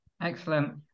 Excellent